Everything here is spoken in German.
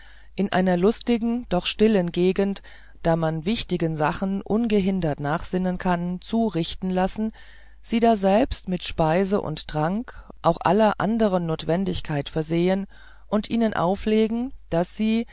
in einer lustigen doch stillen gegend da man wichtigen sachen ungehindert nachsinnen kann zurichten lassen sie daselbst mit speise und trank auch aller anderer notwendigkeit versehen und ihnen auflegen daß sie